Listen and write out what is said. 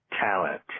talent